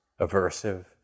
aversive